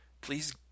please